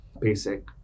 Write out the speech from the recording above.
Basic